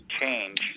change